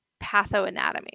pathoanatomy